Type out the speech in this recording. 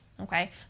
okay